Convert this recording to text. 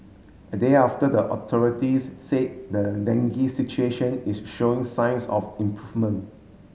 a day after the authorities say the dengue situation is showing signs of improvement